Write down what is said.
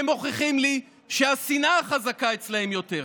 הם מוכיחים לי שהשנאה חזקה אצלם יותר.